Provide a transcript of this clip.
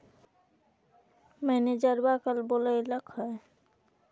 मैनेजरवा कल बोलैलके है?